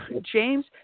James